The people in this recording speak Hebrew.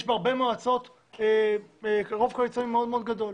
יש בהרבה מועצות רוב קואליציוני מאוד גדול.